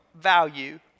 value